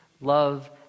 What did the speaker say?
love